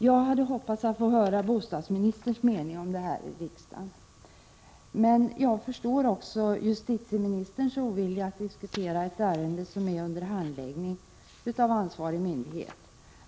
Jag hade hoppats att få höra bostadsministerns mening om detta i riksdagen. Jag förstår justitieministerns ovilja att diskutera ett ärende som är under — Prot. 1986/87:80 handläggning av ansvarig myndighet.